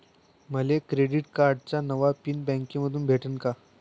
मले क्रेडिट कार्डाचा नवा पिन बँकेमंधून भेटन का?